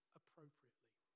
appropriately